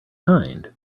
kind